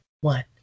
one